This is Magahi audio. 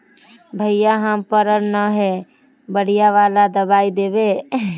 भैया हम पढ़ल न है बढ़िया वाला दबाइ देबे?